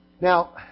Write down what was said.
Now